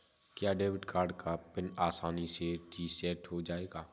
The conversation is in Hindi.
क्या डेबिट कार्ड का पिन आसानी से रीसेट हो जाएगा?